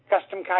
custom